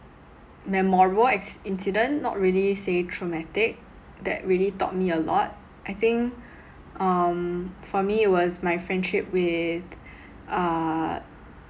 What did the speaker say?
memorable acc~ incident not really say traumatic that really taught me a lot I think um for me it was my friendship with uh